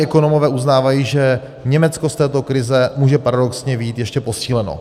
A i ekonomové uznávají, že Německo z této krize může paradoxně vyjít ještě posíleno.